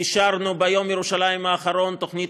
אישרנו ביום ירושלים האחרון תוכנית